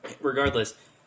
regardless –